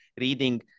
reading